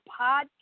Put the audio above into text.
podcast